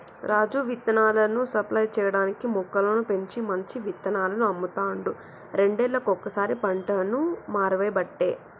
రాజు విత్తనాలను సప్లై చేయటానికీ మొక్కలను పెంచి మంచి విత్తనాలను అమ్ముతాండు రెండేళ్లకోసారి పంటను మార్వబట్టే